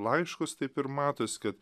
laiškus taip ir matos kad